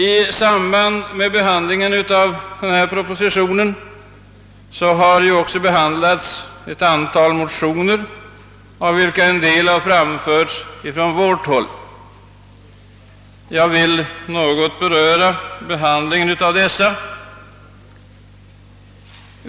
I samband med propositionen har också behandlats ett antal motioner, av vilka en del framburits från vårt håll. Jag vill något beröra behandlingen av dessa.